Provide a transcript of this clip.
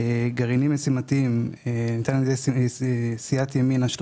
לגרעינים משימתיים ניתן על ידי סיעת ימינה 30